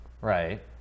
Right